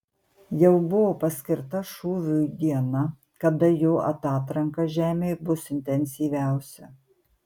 jau buvo paskirta šūviui diena kada jo atatranka žemei bus intensyviausia